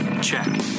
Check